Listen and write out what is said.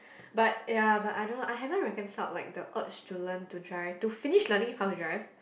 but ya but I don't I haven't reconsult odd student to drive to finish learning from the drive